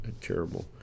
terrible